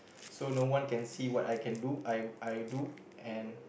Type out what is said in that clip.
so no one can see what I can do I I do and